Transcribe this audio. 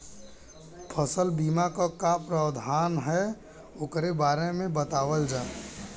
फसल बीमा क का प्रावधान हैं वोकरे बारे में बतावल जा?